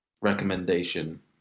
recommendation